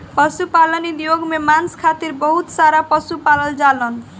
पशुपालन उद्योग में मांस खातिर बहुत सारा पशु पालल जालन